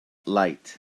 light